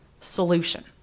solution